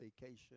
vacation